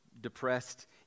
depressed